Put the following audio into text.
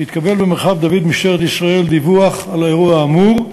התקבל במרחב דוד במשטרת ישראל דיווח על האירוע האמור.